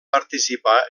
participar